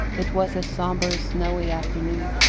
it was a sombre snowy afternoon,